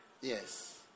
Yes